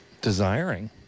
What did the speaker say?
desiring